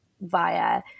via